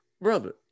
brother